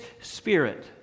spirit